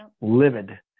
livid